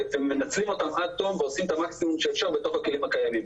והם מנצלים אותם עד תום ועושים את המקסימום שאפשר בתוך הכלים הקיימים.